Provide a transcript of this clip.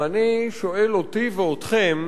ואני שואל אותי ואתכם: